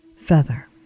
feather